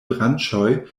branĉoj